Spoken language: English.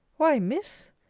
why, miss,